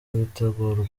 bitegurwa